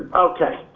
okay,